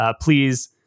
Please